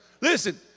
Listen